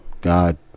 God